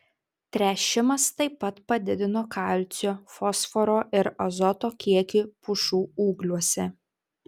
tręšimas taip pat padidino kalcio fosforo ir azoto kiekį pušų ūgliuose